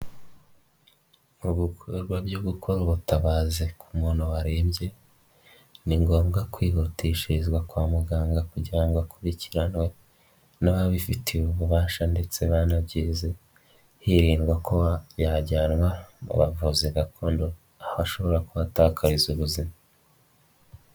Ibikorwa byo gukora ubutabazi ku muntu warebye ni ngombwa kwihutishirizwa kwa muganga kugira ngo akurikiranwe n'ababifitiye ububasha ndetse banabyize hirindwa kuba yajyanwa mu bavuzi gakondo aho ashobora kuhatakariza ubuzima.